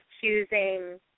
choosing